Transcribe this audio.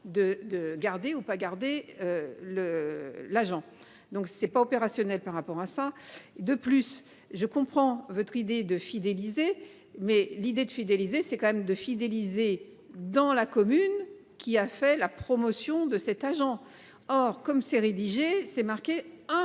de garder ou pas garder. Le l'agent. Donc c'est pas opérationnel par rapport à ça de plus. Je comprends votre idée de fidéliser mais l'idée de fidéliser c'est quand même de fidéliser dans la commune qui a fait la promotion de cet agent. Or, comme ses rédiger c'est marqué un